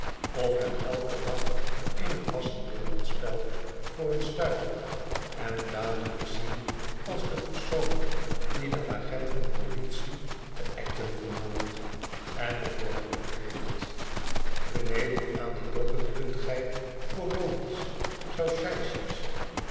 of hem eiken dag in t wassenbeeldenspel voor een stuiver en dadelijk zien als den persoon die den agent van politie te act on vermoord en er voor geboet heeft beneden aan de dokken kunt gij